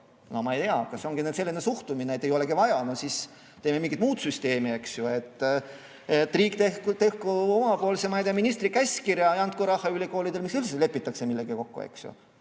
No ma ei tea. Kas see ongi nüüd selline suhtumine, et ei olegi vaja? No siis teeme mingi muu süsteemi. Riik tehku oma, ma ei tea, ministri käskkiri ja andku raha ülikoolidele. Miks üldse lepitakse midagi kokku,